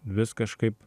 vis kažkaip